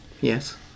Yes